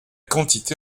quantité